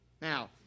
Now